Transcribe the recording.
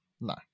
No